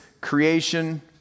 creation